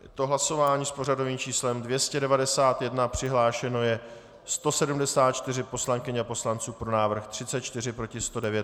Je to hlasování s pořadovým číslem 291, přihlášeno je 174 poslankyň a poslanců, pro návrh 34, proti 109.